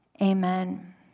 Amen